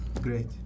Great